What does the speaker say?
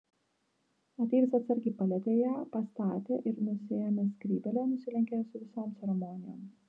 ateivis atsargiai palietė ją pastatė ir nusiėmęs skrybėlę nusilenkė su visom ceremonijom